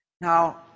Now